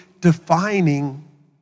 defining